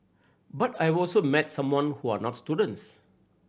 but I've also met some who are not students